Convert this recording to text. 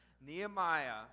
Nehemiah